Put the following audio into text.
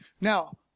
now